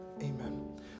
Amen